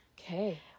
okay